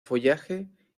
follaje